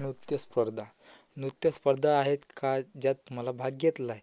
नृत्यस्पर्धा नृत्यस्पर्धा आहेत का ज्यात मला भाग घेतला आहे